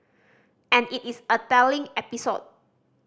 and it is a telling episode